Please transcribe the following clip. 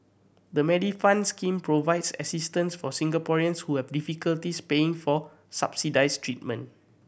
the Medifund scheme provides assistance for Singaporeans who have difficulties paying for subsidized treatment